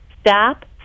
Stop